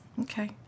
Okay